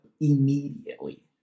immediately